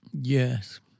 Yes